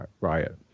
riot